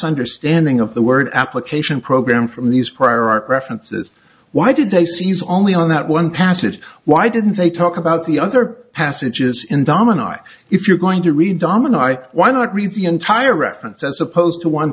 understanding of the word application program from these prior art references why did they seize only on that one passage why didn't they talk about the other passages in domino if you're going to read domino i why not read the entire reference as opposed to one